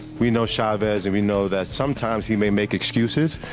we know chavez and we know that sometimes he may make excuses.